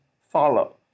follow